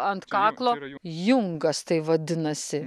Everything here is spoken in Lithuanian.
ant kaklo jungas tai vadinasi